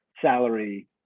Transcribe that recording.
salary